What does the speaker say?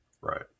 Right